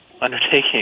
undertaking